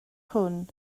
hwn